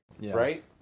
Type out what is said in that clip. Right